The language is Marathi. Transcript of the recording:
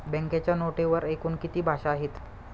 बँकेच्या नोटेवर एकूण किती भाषा आहेत?